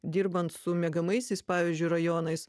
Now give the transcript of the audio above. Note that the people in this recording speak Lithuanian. dirbant su miegamaisiais pavyzdžiui rajonais